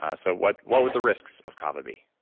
ah so what what would the risks of kava be?